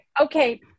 okay